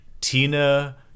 Tina